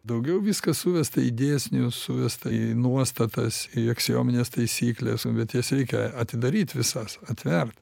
daugiau viskas suvesta į dėsnius suvesta į nuostatas į aksiomines taisykles nu bet jas reikia atidaryt visas atvert